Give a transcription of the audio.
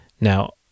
Now